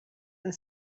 and